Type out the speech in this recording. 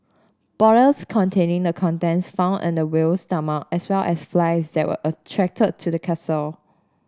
bottles containing the contents found in the whale's stomach as well as flies that were attracted to the carcass